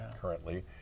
currently